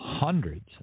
Hundreds